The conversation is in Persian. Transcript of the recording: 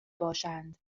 باشند